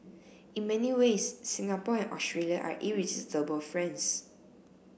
in many ways Singapore and Australia are irresistible friends